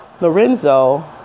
Lorenzo